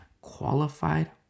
qualified